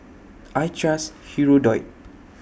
I Trust Hirudoid